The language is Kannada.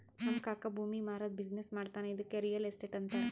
ನಮ್ ಕಾಕಾ ಭೂಮಿ ಮಾರಾದ್ದು ಬಿಸಿನ್ನೆಸ್ ಮಾಡ್ತಾನ ಇದ್ದುಕೆ ರಿಯಲ್ ಎಸ್ಟೇಟ್ ಅಂತಾರ